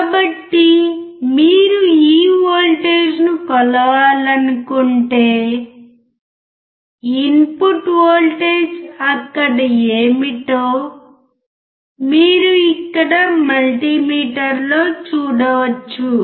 కాబట్టి మీరు ఈ వోల్టేజ్ను కొలవాలనుకుంటే ఇన్పుట్ వోల్టేజ్ అక్కడ ఏమిటో మీరు ఇక్కడ మల్టీమీటర్లో చూడవచ్చు